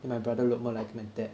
and my brother look more like my dad